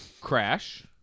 Crash